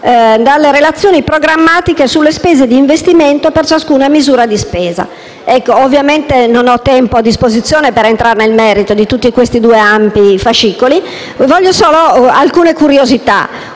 dalle relazioni programmatiche sulle spese d'investimento per ciascuna misura di spesa. Non ho tempo a disposizione per entrare nel merito di questi due ampi fascicoli, ma vorrei sottolineare alcune curiosità,